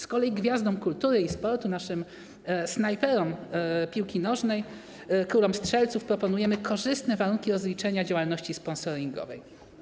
Z kolei gwiazdom kultury i sportu, naszym snajperom piłki nożnej, królom strzelców proponujemy korzystne warunki rozliczenia działalności sponsoringowej.